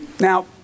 now